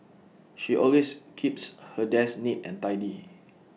she always keeps her desk neat and tidy